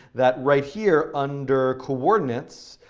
that right here, under coordinates,